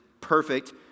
perfect